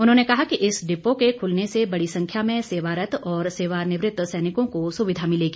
उन्होंने कहा कि इस डिपो के खुलने से बड़ी संख्या में सेवारत्त और सेवानिवृत सैनिकों को सुविधा मिलेगी